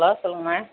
hello சொல்லுங்கள்